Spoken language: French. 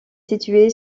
située